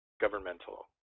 governmental